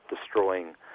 destroying